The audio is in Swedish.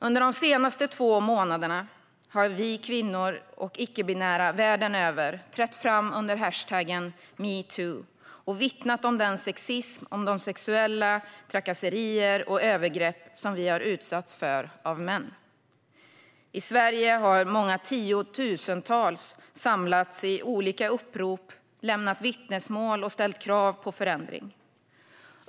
Under de senaste två månaderna har vi kvinnor och icke-binära världen över trätt fram under hashtaggen #metoo och vittnat om den sexism och de sexuella trakasserier och övergrepp som vi har utsatts för av män. I Sverige har många tiotusentals samlats i olika upprop, lämnat vittnesmål och ställt krav på förändring.